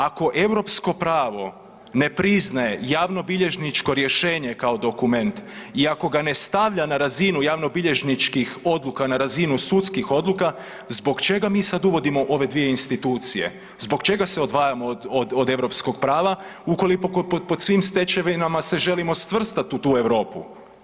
Ako europsko pravo ne priznaje javnobilježničko rješenje kao dokument i ako ga ne stavlja na razinu javnobilježničkih odluka, na razinu sudskih odluka, zbog čega mi sad uvodimo ove dvije institucije, zbog čega se odvajamo od europskog prava ukoliko pod svim stečevinama se želimo svrstati u tu Europu.